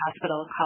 Hospital